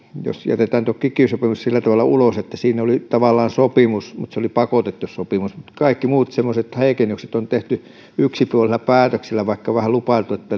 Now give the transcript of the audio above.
jos jätetään tuo kiky sopimus sillä tavalla ulos kun siinä oli tavallaan sopimus mutta se oli pakotettu sopimus mutta kaikki muut semmoiset heikennykset on tehty yksipuolisilla päätöksillä vaikka vähän on lupailtu että